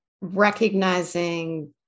recognizing